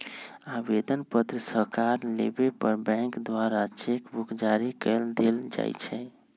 आवेदन पत्र सकार लेबय पर बैंक द्वारा चेक बुक जारी कऽ देल जाइ छइ